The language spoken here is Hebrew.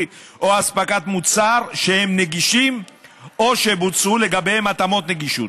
או הספקת מוצר שהם נגישים או שבוצעו לגביהם התאמות נגישות.